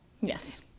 Yes